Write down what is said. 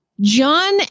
John